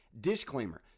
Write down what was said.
disclaimer